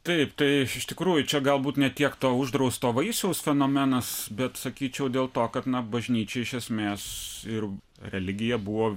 taip tai aš iš tikrųjų čia galbūt ne tiek to uždrausto vaisiaus fenomenas bet sakyčiau dėl to kad na bažnyčia iš esmės ir religija buvo